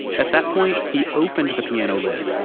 at that point, he opened the piano lid.